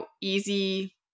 easy